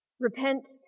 repent